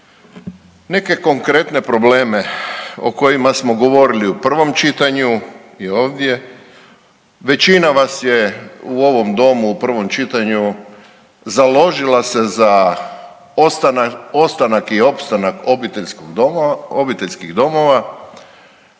neke konkretne probleme o kojima smo govorili u prvom čitanju i ovdje. Većina vas je u ovom domu u prvom čitanju založila se za ostanak i opstanak obiteljskih domova